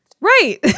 Right